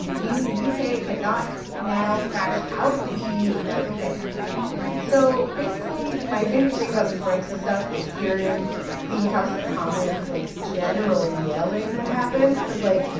meaning the u k. cannot now crash out of the eu without a plan so basically, my favorite thing about this brexit stuff is hearing the house of commons, like, general yelling that happens because, like,